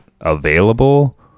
available